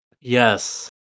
Yes